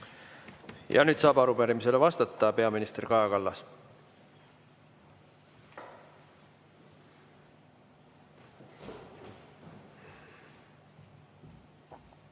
Ja nüüd saab arupärimisele vastata peaminister Kaja Kallas.